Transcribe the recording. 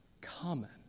common